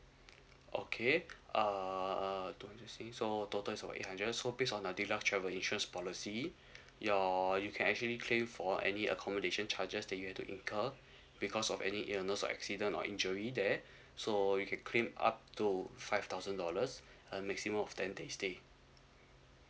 okay uh two hundred singapore so total so eight hundred so based on the deluxe travel insurance policy your you can actually claim for any accommodation charges that you have to incur because of any illness or accident or injury there so you can claim up to five thousand dollars and maximum of ten days stay